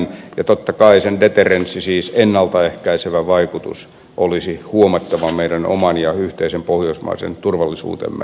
ja totta kai sen deterrenssi siis ennalta ehkäisevä vaikutus olisi huomattava meidän oman ja yhteisen pohjoismaisen turvallisuutemme lisäksi